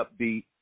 upbeat